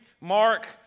Mark